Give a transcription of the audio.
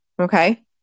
Okay